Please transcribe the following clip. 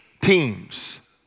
teams